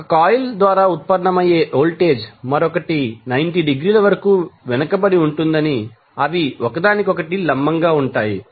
1 coil ద్వారా ఉత్పన్నమయ్యే voltage మరొకటి 90 డిగ్రీల వరకు వెనుకబడి ఉంటుందని అవి ఒకదానికొకటి లంబంగా ఉంటాయి